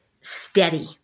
steady